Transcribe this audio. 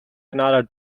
another